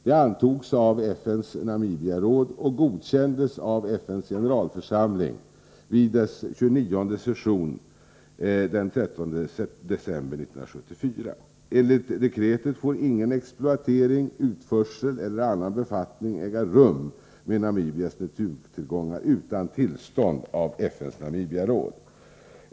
Det antogs av FN:s Namibiaråd och godkändes av FN:s generalförsamling vid dess 29:e session den 13 december 1974. Enligt dekretet får ingen exploatering, utförsel eller annan befattning äga rum med Namibias naturtillgångar utan tillstånd av FN:s Namibiaråd.